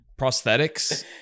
Prosthetics